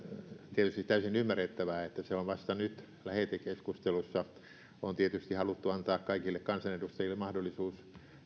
tietysti täysin ymmärrettävää että se on vasta nyt lähetekeskustelussa on tietysti haluttu antaa kaikille kansanedustajille mahdollisuus